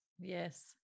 yes